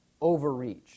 overreach